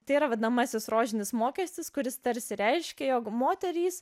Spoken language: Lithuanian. tai yra vadinamasis rožinis mokestis kuris tarsi reiškia jog moterys